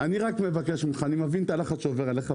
אני רק מבקש ממך אני מבין את הלחץ שעובר עליך,